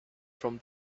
from